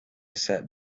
sat